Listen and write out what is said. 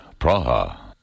Praha